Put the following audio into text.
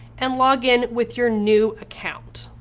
and log in with your new account.